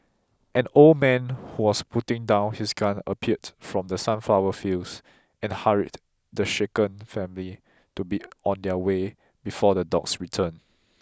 an old man who was putting down his gun appeared from the sunflower fields and hurried the shaken family to be on their way before the dogs return